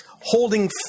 holding